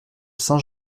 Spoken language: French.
saint